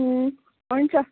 हुन्छ